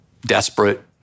desperate